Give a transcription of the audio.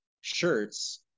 shirts